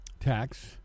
tax